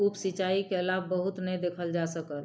उप सिचाई के लाभ बहुत नै देखल जा सकल